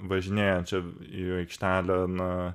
važinėjančiu į aikštelę na